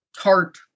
tart